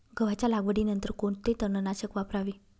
गव्हाच्या लागवडीनंतर कोणते तणनाशक वापरावे?